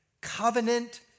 covenant